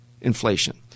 Inflation